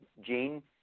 gene